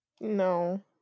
No